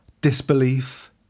disbelief